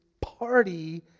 party